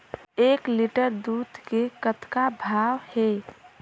एक लिटर दूध के कतका भाव हे?